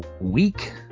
week